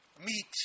meet